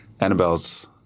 Annabelle's